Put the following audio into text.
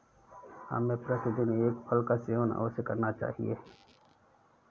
हमें प्रतिदिन एक फल का सेवन अवश्य करना चाहिए